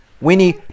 Winnie